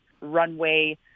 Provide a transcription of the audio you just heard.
runway